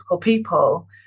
people